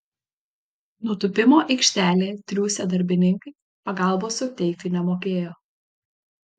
nutūpimo aikštelėje triūsę darbininkai pagalbos suteikti nemokėjo